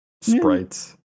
sprites